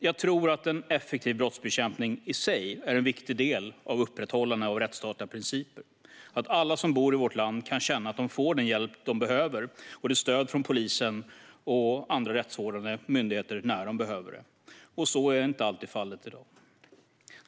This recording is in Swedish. Jag tror att en effektiv brottsbekämpning i sig är en viktig del av upprätthållandet av rättsstatliga principer så att alla som bor i vårt land kan känna att de får den hjälp och det stöd de behöver från polisen och andra rättsvårdande myndigheter när de behöver det. Så är inte alltid fallet i dag.